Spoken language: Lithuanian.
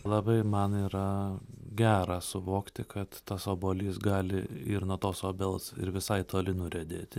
labai man yra gera suvokti kad tas obuolys gali ir nuo tos obels ir visai toli nuriedėti